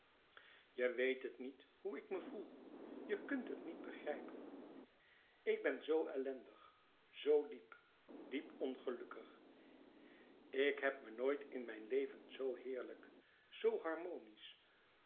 je weet het niet hoe ik me voel je kùnt het niet begrijpen ik ben zoo ellendig zoo diep diep ongelukkig ik heb me nooit in mijn leven zoo heerlijk zoo harmonisch